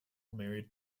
married